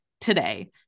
today